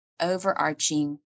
overarching